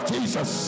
Jesus